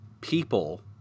people